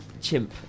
chimp